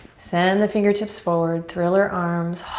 send the fingertips forward. thriller arms.